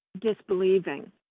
disbelieving